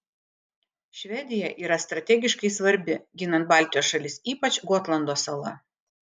švedija yra strategiškai svarbi ginant baltijos šalis ypač gotlando sala